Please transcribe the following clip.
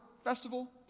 festival